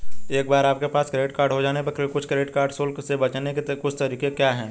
एक बार आपके पास क्रेडिट कार्ड हो जाने पर कुछ क्रेडिट कार्ड शुल्क से बचने के कुछ तरीके क्या हैं?